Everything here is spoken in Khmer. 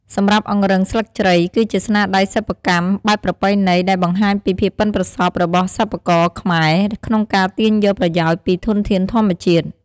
សម្រាប់អង្រឹងស្លឹកជ្រៃគឺជាស្នាដៃសិប្បកម្មបែបប្រពៃណីដែលបង្ហាញពីភាពប៉ិនប្រសប់របស់សិប្បករខ្មែរក្នុងការទាញយកប្រយោជន៍ពីធនធានធម្មជាតិ។